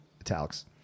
italics